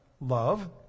love